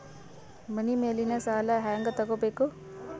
ಮನಿ ಮೇಲಿನ ಸಾಲ ಹ್ಯಾಂಗ್ ತಗೋಬೇಕು?